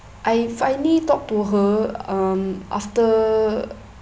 I finally talk to her um after